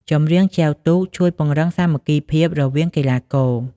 ចម្រៀងចែវទូកជួយ ពង្រឹងសាមគ្គីភាព រវាងកីឡាករ។